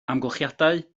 amgylchiadau